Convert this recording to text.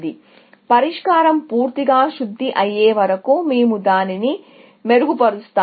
కాబట్టి పరిష్కారం పూర్తిగా శుద్ధి అయ్యే వరకు మేము దానిని మెరుగుపరుస్తాము